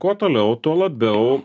kuo toliau tuo labiau